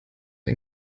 auf